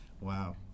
Wow